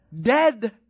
dead